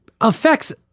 affects